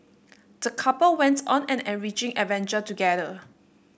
the couple went on an enriching adventure together